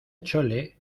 chole